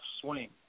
swing